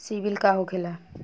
सीबील का होखेला?